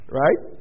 right